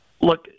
Look